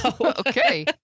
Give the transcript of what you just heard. Okay